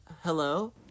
Hello